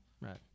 right